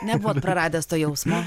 nebuvot praradęs to jausmo